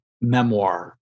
Memoir